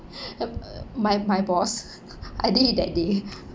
uh my my boss I did it that day